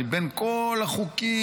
מבין כל החוקים,